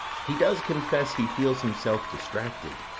he does confess he feels himself distracted,